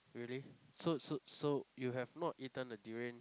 really so so so you have not eaten a durian